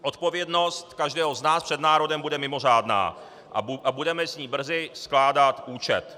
Odpovědnost každého z nás před národem bude mimořádná a budeme z ní brzy skládat účet.